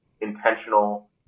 intentional